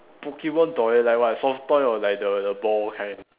Pokemon toy like what soft toy or like the the ball kind